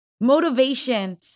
motivation